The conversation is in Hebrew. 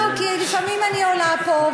כי לפעמים אני עולה פה,